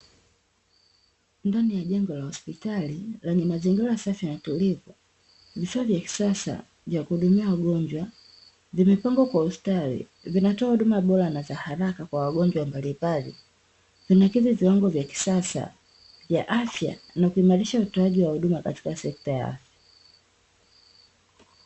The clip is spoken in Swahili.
Ndani ya jengo la hospitali lenye mazingira safi na tulivu, vifaa vya kisasa vya kuhudumia wagonjwa vimepangwa kwa ustadi vinatoa huduma bora na haraka kwa wagonjwa mbalimbali, vinakidhi viwango vya kisasa vya afya na kuimarisha utoaji wa huduma katika sekta ya afya.